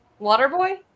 Waterboy